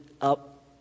up